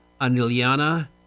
Aniliana